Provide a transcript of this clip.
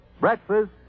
Breakfast